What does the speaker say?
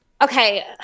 okay